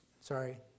Sorry